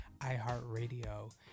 iHeartRadio